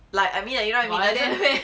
like I mean like you know what I mean